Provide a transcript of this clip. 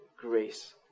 grace